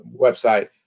website